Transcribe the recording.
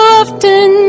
often